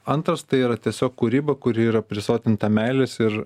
antras tai yra tiesiog kūryba kuri yra prisotinta meilės ir